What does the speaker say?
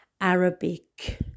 Arabic